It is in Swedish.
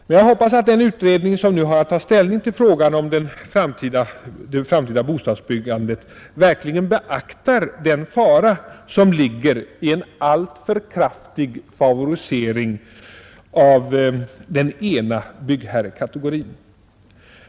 Men jag hoppas att den utredning, som nu har att ta ställning till frågan om det framtida bostadsbyggandet, verkligen beaktar den fara som ligger i en alltför kraftig favorisering av den ena byggherrekategorin.